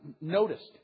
noticed